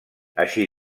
així